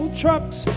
trucks